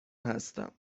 هستم